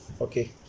Okay